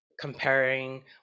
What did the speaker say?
comparing